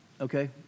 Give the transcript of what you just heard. Okay